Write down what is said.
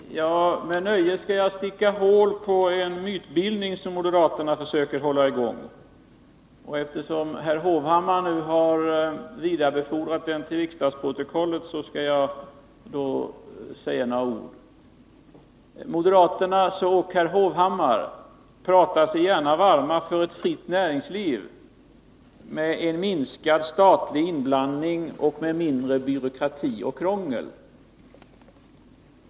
Herr talman! Med nöje skall jag sticka hål på en mytbildning som moderaterna försöker skapa. Eftersom herr Hovhammar har vidarebefordrat den till riksdagsprotokollet, skall jag säga några ord om den. Moderaterna och herr Hovhammar pratar sig gärna varma för ett fritt näringsliv med minskad statlig inblandning och med mindre byråkrati och krångel.